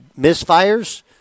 misfires